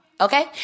Okay